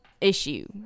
issue